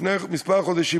לפני כמה חודשים,